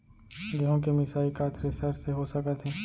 गेहूँ के मिसाई का थ्रेसर से हो सकत हे?